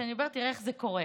בוא תראה איך זה קורה.